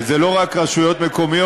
וזה לא רק רשויות מקומיות,